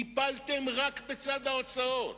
טיפלתם רק בצד ההוצאות.